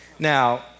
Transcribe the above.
Now